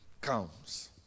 comes